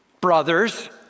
brothers